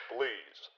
Please